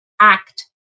Act